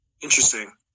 interesting